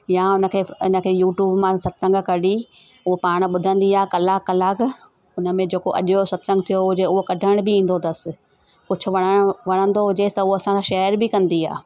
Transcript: या उन खे उन खे यूट्यूब मां सत्संग कढी उहो पाण ॿुधंदी आहे उन में जेको अॼु जो सत्संग थियो हुजे उहो कढण बि इंदो अथसि कुझु वण वणंदो हुजेसि त उहो असांखा शेअर बि कंदी आहे